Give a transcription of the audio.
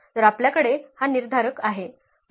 तर आपल्याकडे हा निर्धारक आहे